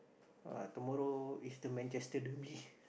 uh tomorrow if the Manchester